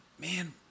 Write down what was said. man